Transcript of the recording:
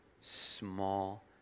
small